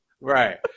Right